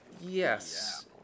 Yes